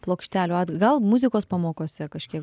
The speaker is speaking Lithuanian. plokštelių atgal muzikos pamokose kažkiek